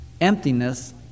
emptiness